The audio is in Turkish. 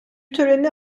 töreni